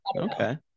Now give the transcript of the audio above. Okay